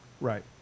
Right